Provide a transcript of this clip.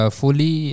fully